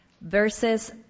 verses